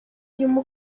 nyuma